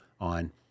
on